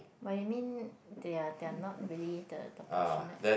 but you mean they are they are not really the the passionate